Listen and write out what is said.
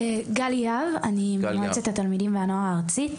גל יהב, אני ממועצת התלמידים והנוער הארצית.